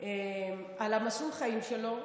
על מסלול החיים שלו.